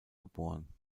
geboren